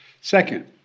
Second